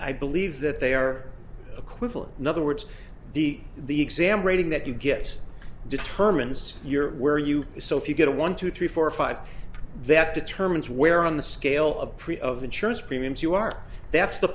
i believe that they are equivalent in other words the the exam rating that you get determines your where you so if you get a one two three four five that determines where on the scale of pre of insurance premiums you are that's the